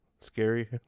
scary